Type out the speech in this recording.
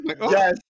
Yes